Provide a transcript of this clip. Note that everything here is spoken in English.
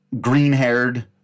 green-haired